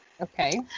Okay